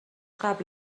قبل